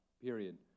period